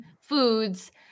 foods